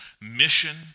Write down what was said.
mission